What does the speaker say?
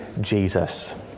Jesus